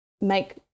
make